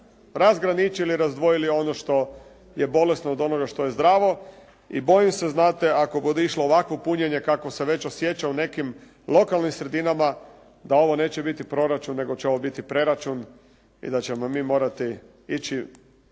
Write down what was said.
razgraničili i razdvojili ono što je bolesno od onoga što je zdravo i bojim se znate ako bude išlo ovakvo punjenje kakvo se već osjeća u nekim lokalnim sredinama da ovo neće biti proračun nego će ovo biti preračun i da ćemo mi morati ići